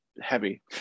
heavy